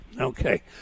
Okay